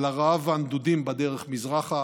על הרעב והנדודים בדרך מזרחה